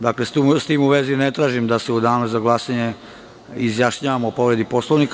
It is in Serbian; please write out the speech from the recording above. Dakle, s tim u vezi ne tražim da se u danu za glasanje izjašnjavamo o povredi Poslovnika.